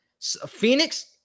Phoenix